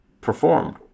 performed